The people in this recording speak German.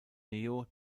neo